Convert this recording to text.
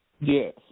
Yes